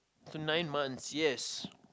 for nine months yes